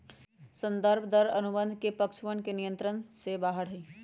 संदर्भ दर अनुबंध के पक्षवन के नियंत्रण से बाहर हई